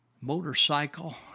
motorcycle